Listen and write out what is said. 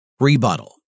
Rebuttal